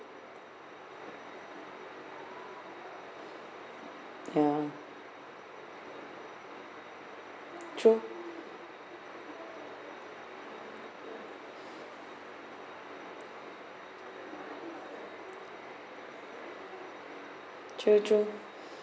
ya true true true